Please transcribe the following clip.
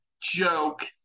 joke